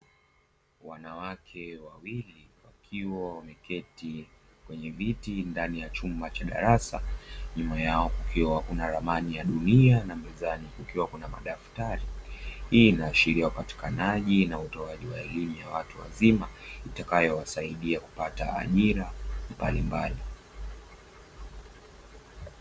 Wanawake wawili wakiwa wameketi kwenye viti ndani ya chumba cha darasa, nyuma yao kukiwa kuna ramani ya dunia na mezani kukiwa na madaftari. Hii inaashiria upatikanaji na utoaji wa elimu ya watu wazima itakayowasaidia kupata ajira mbalimbali.